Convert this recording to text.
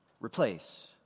Replace